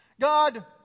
God